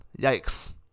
Yikes